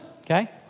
okay